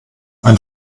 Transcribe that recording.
ein